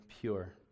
pure